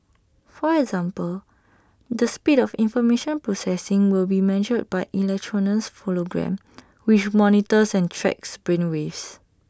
for example the speed of information processing will be measured by electroencephalogram which monitors and tracks brain waves